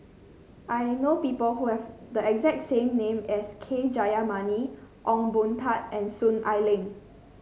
I know people who have the exact same name as K Jayamani Ong Boon Tat and Soon Ai Ling